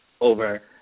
over –